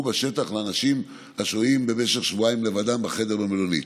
בשטח לאנשים השוהים במשך שבועיים לבדם בחדר במלונית,